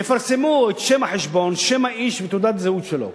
יפרסמו את שם החשבון, שם האיש ותעודת הזהות שלו,